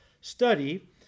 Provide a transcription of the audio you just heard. study